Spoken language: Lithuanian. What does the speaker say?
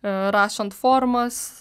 rašant formas